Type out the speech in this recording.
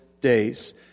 days